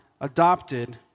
adopted